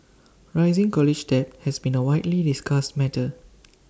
rising college debt has been A widely discussed matter